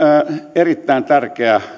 erittäin tärkeä